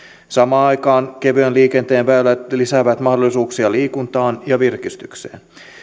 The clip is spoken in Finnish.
samaan aikaan kevyen liikenteen väylät lisäävät mahdollisuuksia liikuntaan ja virkistykseen